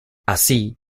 así